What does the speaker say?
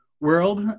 world